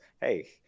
hey